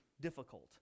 difficult